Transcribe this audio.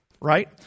right